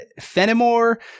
Fenimore